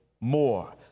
more